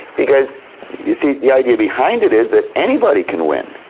because you see, the idea behind it is that anybody can win.